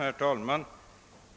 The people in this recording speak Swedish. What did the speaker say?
Herr talman!